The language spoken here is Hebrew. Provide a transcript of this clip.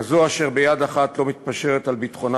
כזו אשר ביד אחת לא מתפשרת על ביטחונה